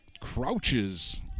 crouches